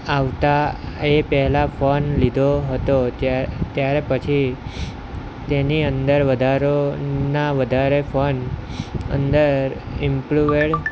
આવતા એ પહેલા ફોન લીધો હતો ત્યારે ત્યાર પછી તેની અંદર વધારાના વધારે ફોન અંદર ઈમ્પલુએડ